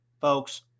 folks